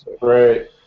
Right